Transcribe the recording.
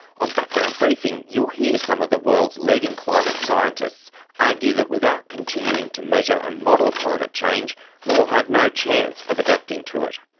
on background briefing you'll hear some of the world's leading climate scientists argue that without continuing to measure and model climate change we will have no chance of adapting to it.